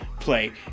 play